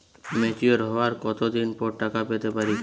Mature হওয়ার কত দিন পর টাকা পেতে পারি?